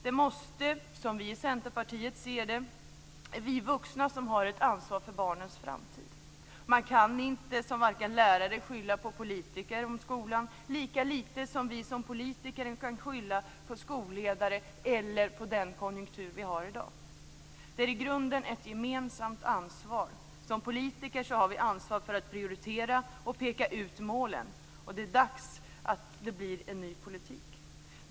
Det måste, som vi i Centerpartiet ser det, vara vi vuxna som har ett ansvar för barnens framtid. Man kan inte som lärare skylla på politiker när det gäller skolan, lika lite som vi som politiker kan skylla på skolledare eller på den konjunktur vi har i dag. Det är i grunden ett gemensamt ansvar. Som politiker har vi ansvar för att prioritera och peka ut målen. Det är dags för en ny politik.